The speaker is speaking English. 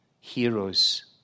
heroes